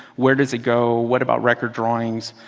where does it go? what about record drawings?